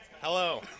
Hello